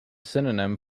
synonym